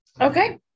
Okay